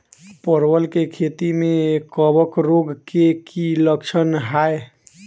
परवल केँ खेती मे कवक रोग केँ की लक्षण हाय?